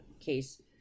case